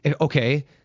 Okay